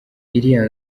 iriya